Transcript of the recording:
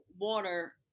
water